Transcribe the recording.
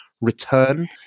return